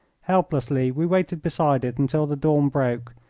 helplessly we waited beside it until the dawn broke,